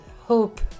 hope